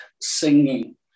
singing